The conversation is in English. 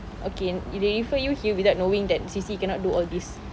okay they referred you here without knowing that the C_C cannot do all these